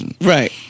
Right